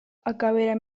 akabera